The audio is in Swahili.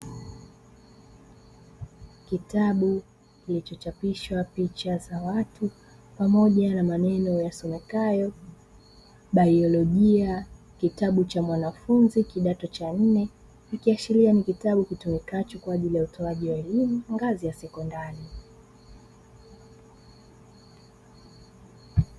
Kitabu kilichochapishwa picha za watu pamoja na maneno yasomekayo baiolojia kitabu cha mwanafunzi kidato cha nne, ikiashiri ni kitabu kitumikacho kwa ajili ya utoaji wa elimu ngazi ya sekondari.